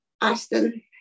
Austin